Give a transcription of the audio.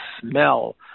smell